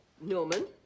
Norman